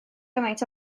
gymaint